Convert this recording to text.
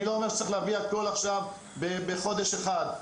אני לא אומר שצריך להעביר עכשיו הכול בחודש אחד,